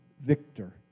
victor